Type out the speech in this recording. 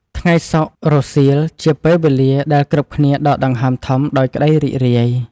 ថ្ងៃសុក្ររសៀលជាពេលវេលាដែលគ្រប់គ្នាដកដង្ហើមធំដោយក្ដីរីករាយ។